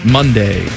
Monday